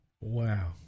wow